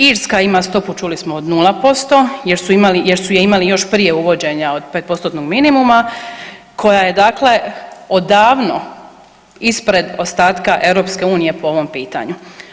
Irska ima stopu čuli smo od 0% jer su je imali još prije uvođenja od 5%-tnog minimuma koja je odavno ispred ostatka EU po ovom pitanju.